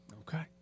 Okay